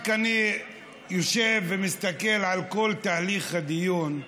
רק אני יושב ומסתכל על כל תהליך הדיון.